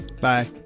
Bye